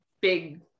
big